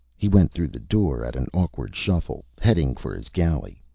he went through the door at an awkward shuffle, heading for his galley.